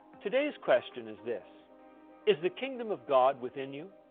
today's question is this is the kingdom of god within you?